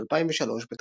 בשנת 2003,